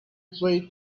played